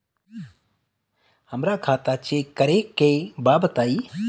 हमरा खाता चेक करे के बा बताई?